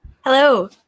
Hello